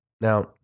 Now